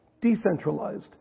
decentralized